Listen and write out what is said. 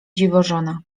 dziwożona